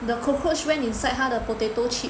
the cockroach went inside 他的 potato chip